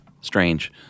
strange